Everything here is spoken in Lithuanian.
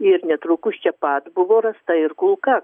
ir netrukus čia pat buvo rasta ir kulka